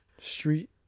Street